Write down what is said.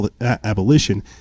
abolition